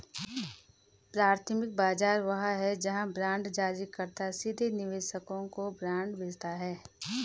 प्राथमिक बाजार वह है जहां बांड जारीकर्ता सीधे निवेशकों को बांड बेचता है